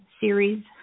series